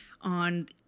on